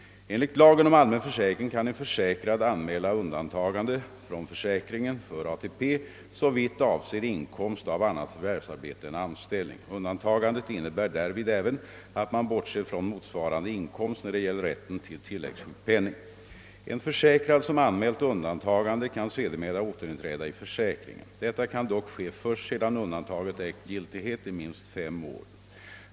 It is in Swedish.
Enligt lagen om allmän försäkring kan en försäkrad anmäla undantagande från försäkringen för ATP, såvitt avser inkomst av annat förvärvsarbete än anställning. Undantagandet innebär därvid även att man bortser från motsvarande inkomst när det gäller rätten till tilläggssjukpenning. En försäkrad som anmält undantagande kan sedermera återinträda i försäkringen. Detta kan dock ske först sedan undantagandet ägt giltighet i minst fem år.